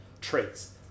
traits